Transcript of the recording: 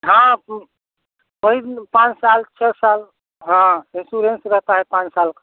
हाँ कु कोई ना पाँच साल छः साल हाँ इंश्योरेंस रहता है पाँच साल